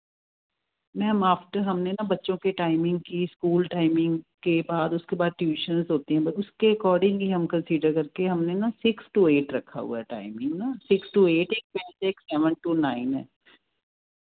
ma'am after ਹਮਨੇ ਨਾ ਬੱਚੋਂ ਕੇ ਟਾਈਮਿੰਗ ਕੀ ਸਕੂਲ ਟਾਈਮਿੰਗ ਕੇ ਬਾਅਦ ਉਸਕੇ ਬਾਅਦ ਟਿਊਸ਼ਨ ਹੋਤੀ ਉਸਕੇ ਅਕੋਡਿੰਗ ਹੀ ਹਮ ਕੰਸੀਡਰ ਕਰਕੇ ਹਮ ਨੇ ਨਾ ਸਿਕਸ ਟੂ ਏਟ ਰੱਖਾ ਹੂਆ ਹੈ time six to eight seven to nine